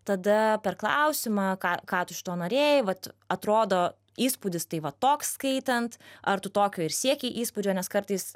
tada per klausimą ką ką tu šituo norėjai vat atrodo įspūdis tai va toks skaitant ar tu tokio ir siekei įspūdžio nes kartais